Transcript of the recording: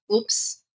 Oops